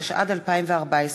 התשע"ד 2014,